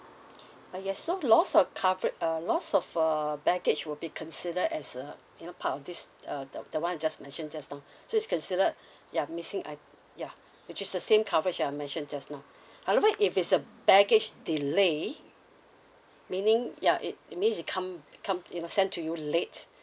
uh yes so loss of covera~ uh loss of uh baggage will be consider as uh you know part of this err the the one I just mentioned just now so is considered ya missing i~ ya which is the same coverage I mentioned just now however if it's a baggage delay meaning ya it mean it come come you know sent to you late